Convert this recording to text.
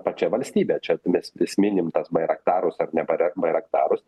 pačia valstybe čia tai mes vis minim tas bairaktarus ar ne barak bairaktarus